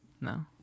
No